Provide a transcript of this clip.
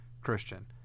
Christian